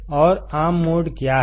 और आम मोड क्या है